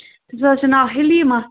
تٔمِس حظ چھُ ناو ہلیٖما